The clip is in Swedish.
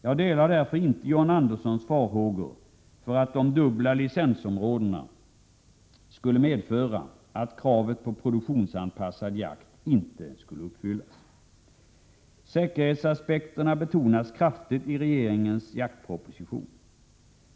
Jag delar därför inte John Anderssons farhågor för att de dubbla licensområdena skulle medföra att kravet på produktionsanpassad jakt inte skulle uppfyllas. Säkerhetsaspekterna betonas kraftigt i regeringens jaktproposition.